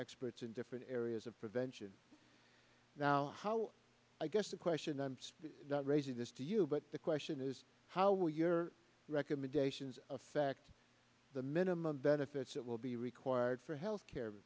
experts in different areas of prevention now how i guess the question i'm raising this to you but the question is how will your recommendations affect the minimum benefits that will be required for health